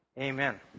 Amen